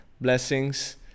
Blessings